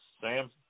Sam